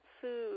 food